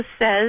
says